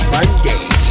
Monday